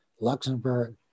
Luxembourg